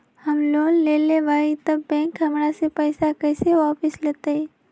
हम लोन लेलेबाई तब बैंक हमरा से पैसा कइसे वापिस लेतई?